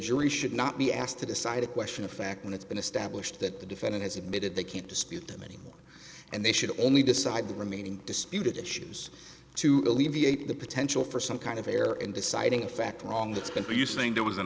jury should not be asked to decide a question of fact when it's been established that the defendant has admitted they can't dispute them anymore and they should only decide the remaining disputed issues to alleviate the potential for some kind of error in deciding fact wrong that's been producing there was an